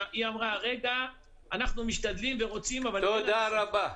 היא אמרה הרגע 'אנחנו משתדלים ורוצים --- תודה רבה.